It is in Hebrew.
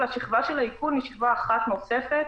ושכבת האיכון היא שכבה אחת נוספת